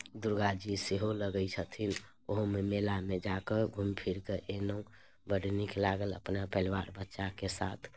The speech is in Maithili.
दुर्गाजी सेहो लगैत छथिन ओहोमे मेलामे जा कऽ घूमि फिरि कऽ अयलहुँ बड्ड नीक लागल अपना परिवार बच्चाके साथ